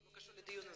זה לא קשור לדיון הזה.